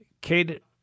Kate